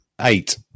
eight